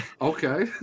Okay